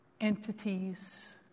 entities